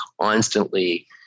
constantly